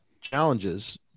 challenges